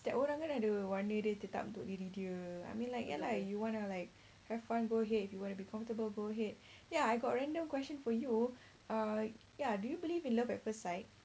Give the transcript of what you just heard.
setiap orang kan ada warna dia tetap untuk diri dia I mean like ya if you wanna like have fun go ahead you wanna be comfortable go ahead ya I got random question for you uh ya do you believe in love at first sight